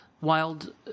wild